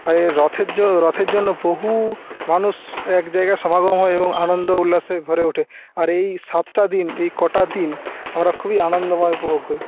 আর এই রথের জ রথের জন্য বহু মানুষ এক জায়গায় সমাগম হয় এবং আনন্দ উল্লাসে ভরে ওঠে আর এই সাতটা দিন এই কটা দিন আমরা খুবই আনন্দময় উপভোগ করি